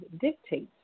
dictates